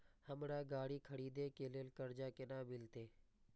हमरा गाड़ी खरदे के लिए कर्जा केना मिलते?